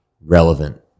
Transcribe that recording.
relevant